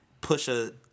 Pusha